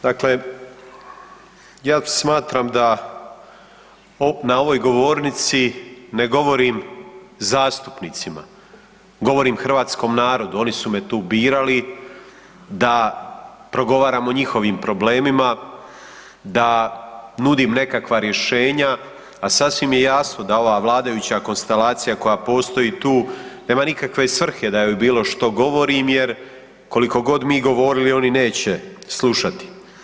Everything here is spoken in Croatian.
Dakle, ja smatram da na ovoj govornici ne govorim zastupnicima, govorim hrvatskom narodu oni su me tu birali da progovaramo o njihovim problemima, da nudim nekakva rješenja, a sasvim je jasno da ova vladajuća konstelacija koja postoji tu nema nikakve svrhe da joj bilo što govorim jer koliko god mi govorili oni neće slušati.